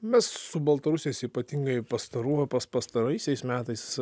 mes su baltarusiais ypatingai pastarųjų pas pastaraisiais metais